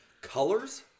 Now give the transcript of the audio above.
Colors